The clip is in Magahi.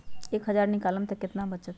एक हज़ार निकालम त कितना वचत?